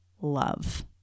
love